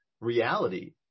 reality